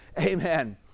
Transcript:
Amen